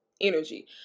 Energy